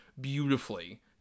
beautifully